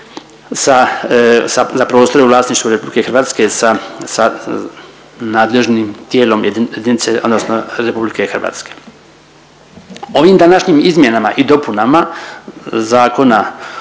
za prostore u vlasništvu RH sa, sa nadležnim tijelom jedinice odnosno RH. Ovim današnjim izmjenama i dopunama Zakona